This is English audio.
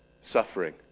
suffering